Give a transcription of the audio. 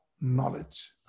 knowledge